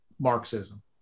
Marxism